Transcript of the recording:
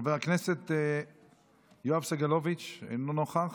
חבר הכנסת יואב סגלוביץ' אינו נוכח.